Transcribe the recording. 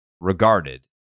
regarded